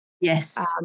yes